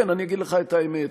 כן, אני אגיד לך את האמת,